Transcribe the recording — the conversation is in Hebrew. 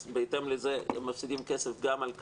אז בהתאם לזה הם מפסידים כסף גם על כך.